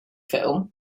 film